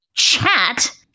chat